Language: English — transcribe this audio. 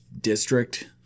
district